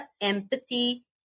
empathy